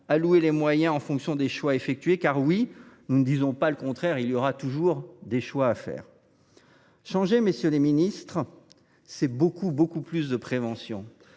allouer les moyens en fonction des choix effectués, car, oui – nous ne disons pas le contraire –, il y aura toujours des choix à faire. Changer, c’est faire beaucoup plus de prévention.